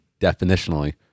definitionally